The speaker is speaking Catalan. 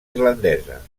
irlandesa